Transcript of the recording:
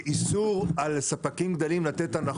האיסור על ספקים קטנים לתת הנחות.